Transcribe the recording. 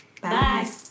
Bye